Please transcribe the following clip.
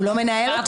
הוא לא מנהל אותם?